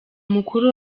mukuru